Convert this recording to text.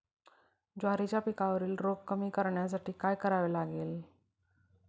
ज्वारीच्या पिकावरील रोग कमी करण्यासाठी काय करावे लागेल?